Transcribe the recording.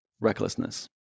Recklessness